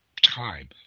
time